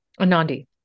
Anandi